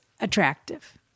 attractive